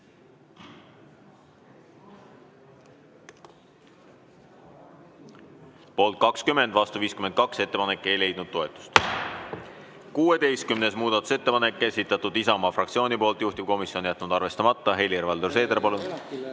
Poolt 20, vastu 52. Ettepanek ei leidnud toetust.16. muudatusettepanek, esitanud Isamaa fraktsioon, juhtivkomisjon on jätnud arvestamata. Helir‑Valdor Seeder, palun!